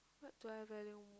what do I value